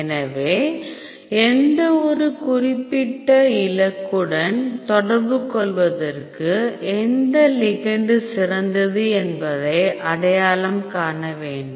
எனவே இந்த குறிப்பிட்ட இலக்குடன் தொடர்புகொள்வதற்கு எந்த லிகெண்ட் சிறந்தது என்பதை அடையாளம் காண வேண்டும்